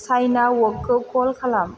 China वकखौ कल खालाम